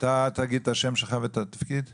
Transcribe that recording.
תגיד את השם והתפקיד שלך.